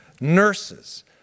nurses